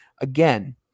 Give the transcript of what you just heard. Again